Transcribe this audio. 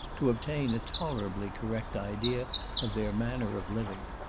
to obtain a tolerably correct idea of their manner of living.